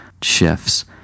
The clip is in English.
shifts